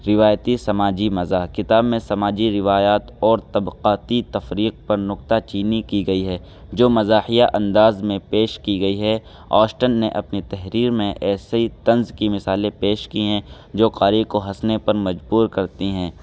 روایتی سماجی مزاح کتاب میں سماجی روایات اور طبقاتی تفریق پر نقطہ چینی کی گئی ہے جو مزاحیہ انداز میں پیش کی گئی ہے آسٹن نے اپنی تحریر میں ایسی طنز کی مثالیں پیش کی ہیں جو قاری کو ہنسنے پر مجبور کرتی ہیں